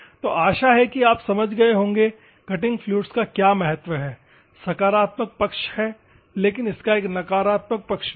तो आशा है कि आप समझ गए होंगे कि कटिंग फ्लुइड्स का क्या महत्व है सकारात्मक पक्ष है लेकिन इसका एक नकारात्मक पक्ष भी है